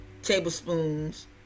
tablespoons